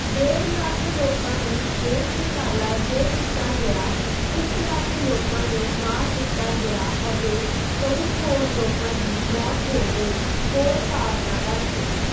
ਡੇਢ ਲੱਖ ਲੋਕਾਂ ਨੂੰ ਦੇਸ਼ ਨਿਕਾਲਾ ਦੇ ਦਿੱਤਾ ਗਿਆ ਇੱਕ ਲੱਖ ਲੋਕਾਂ ਨੂੰ ਮਾਰ ਦਿੱਤਾ ਗਿਆ ਅਤੇ ਕਈ ਹੋਰ ਲੋਕਾਂ ਦੀ ਮੌਤ ਹੋ ਗਈ ਹੋਰ ਕਾਰਨਾਂ ਕਰਕੇ